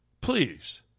Please